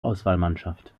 auswahlmannschaft